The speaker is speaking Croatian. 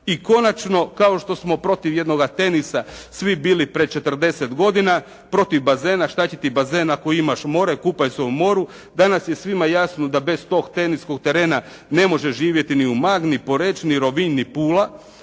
I konačno, kao što smo protiv jednoga tenisa svi bili pred 40 godina, protiv bazena, što će ti bazen ako imaš mora, kupaj se u moru, danas je svima jasno da bez tog teniskog terena ne može živjeti ni Umag, ni Poreč, ni Rovinj, ni Pula,